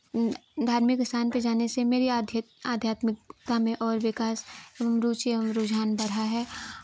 धार्मिक स्थान पे जाने से मेरी आध्यात्मिकता में और विकास एवं रुचि एवं रुझान बढ़ा है